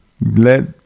Let